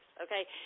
okay